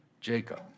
Jacob